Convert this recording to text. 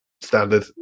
standard